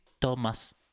Thomas